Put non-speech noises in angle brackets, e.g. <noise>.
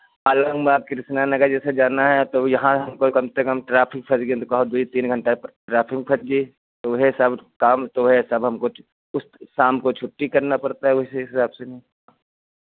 आलमबाग कृष्णा नगर जैसे जाना है तो यहाँ हमको कम से कम ट्रैफिक फँस गऍ तो कहो दुइ तीन घंटा ट्रैफ़िक में फँस जाई तो ओहे सब काम तो ओहे हिसाब हमको <unintelligible> शाम को छुट्टी करना पड़ता है उसी हिसाब से मैम